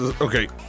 Okay